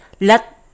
let